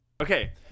Okay